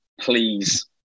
please